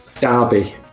Derby